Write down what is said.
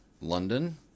london